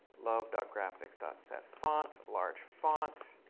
love graphics setfont, large font.